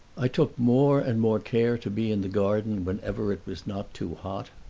i took more and more care to be in the garden whenever it was not too hot.